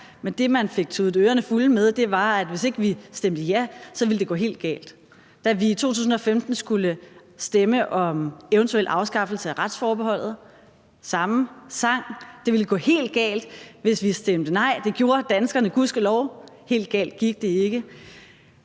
Men det, man fik tudet ørerne fulde med, var, at hvis ikke vi stemte ja, ville det gå helt galt. Da vi i 2015 skulle stemme om en eventuel afskaffelse af retsforbeholdet, fik vi samme sang. Det ville gå helt galt, hvis vi stemte nej. Det gjorde danskerne gudskelov. Helt galt gik det ikke.